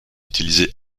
utilisés